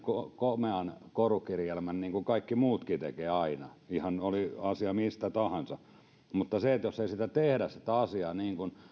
komean korukirjelmän niin kuin kaikki muutkin tekevät aina ihan oli asia mikä tahansa mutta jos ei tehdä sitä asiaa niin kuin